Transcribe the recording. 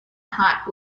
hot